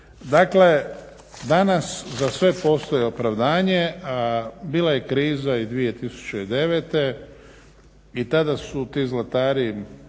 dakle danas za sve postoji opravdanje, a bila je kriza i 2009., i tada su ti zlatari,